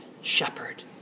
shepherd